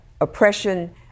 oppression